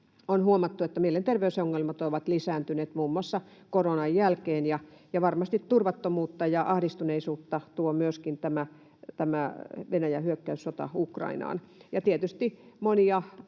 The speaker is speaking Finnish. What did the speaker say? on huomattu, että mielenterveysongelmat ovat lisääntyneet muun muassa koronan jälkeen, ja varmasti turvattomuutta ja ahdistuneisuutta tuo myöskin Venäjän hyök-käyssota Ukrainaan, ja tietysti monia